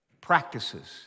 Practices